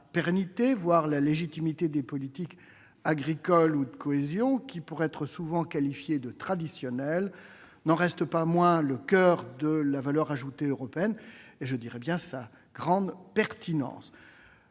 voire la légitimité, des politiques agricoles ou de cohésion, qui, pour être souvent qualifiées de « traditionnelles », n'en restent pas moins le coeur de la valeur ajoutée européenne et font la pertinence